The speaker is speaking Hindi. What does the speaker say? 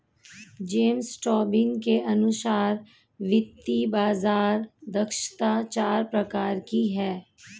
जेम्स टोबिन के अनुसार वित्तीय बाज़ार दक्षता चार प्रकार की है